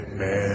man